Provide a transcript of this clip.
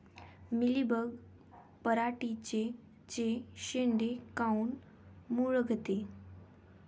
Mealybug पराटीचे चे शेंडे काऊन मुरगळते?